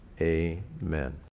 amen